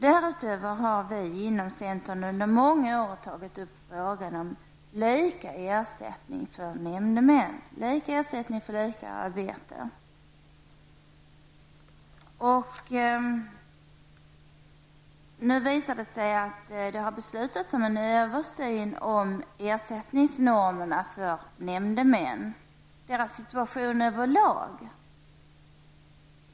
Därutöver har vi inom centern under många år tagit upp frågan om lika ersättning till nämndemän; lika ersättning för lika arbete. Nu har det emellertid beslutats om en översyn av ersättningsnormerna för nämndemännen -- deras situation över lag.